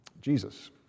Jesus